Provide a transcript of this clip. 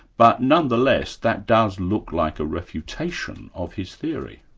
but nonetheless, that does look like a refutation of his theory.